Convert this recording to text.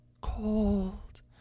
cold